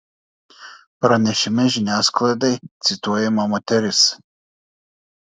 pranešime žiniasklaidai cituojama moteris